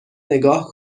نگاه